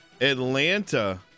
Atlanta